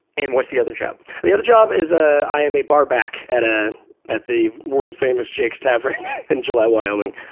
and what's the other job? s the other job is, ah i am a bar back at ah at the world famous jake's tavern in gillette, wyoming.